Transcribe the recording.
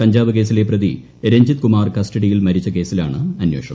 കഞ്ചാവ് കേസിലെ പ്രതി രഞ്ജിത്ത് ക്ട്രിക്ടുമാർ കസ്റ്റഡിയിൽ മരിച്ച കേസിലാണ് അന്വേഷണം